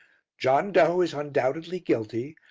john doe is undoubtedly guilty.